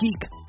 geek